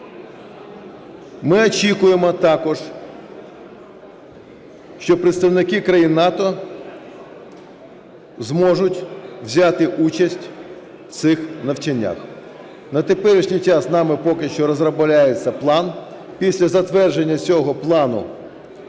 Ми очікуємо також, що представники країн НАТО зможуть взяти участь в цих навчаннях. На теперішній час нами поки що розробляється план, після затвердження цього плану